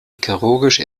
chirurgische